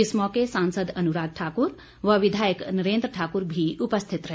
इस मौके सांसद अनुराग ठाकुर व विधायक नरेन्द्र ठाकुर भी उपस्थित रहे